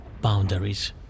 boundaries